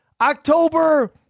October